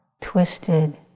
twisted